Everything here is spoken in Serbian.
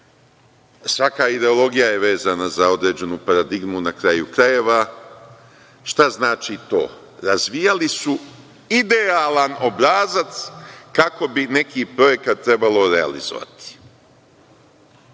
Svaka ideologija je vezana za određenu paradigmu na kraju krajeva. Šta znači to? Razvijali su idealan obrazac kako bih neki projekat trebalo realizovati,